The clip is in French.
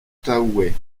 outaouais